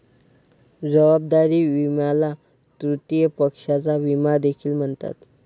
जबाबदारी विम्याला तृतीय पक्षाचा विमा देखील म्हणतात